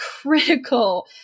critical